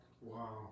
Wow